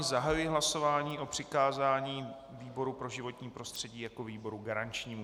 Zahajuji hlasování o přikázání výboru pro životní prostředí jako výboru garančnímu.